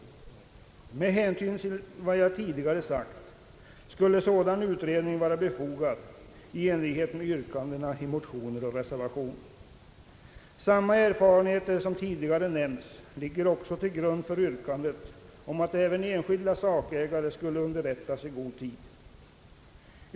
Med hänvisning till vad jag tidigare sagt skulle dock sådan utredning vara befogad i enlighet med yrkandena i motioner och reservation. Samma erfarenheter som tidigare nämnts ligger också till grund för yrkandet om att även enskilda sakägare skall underrättas i god tid.